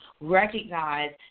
recognize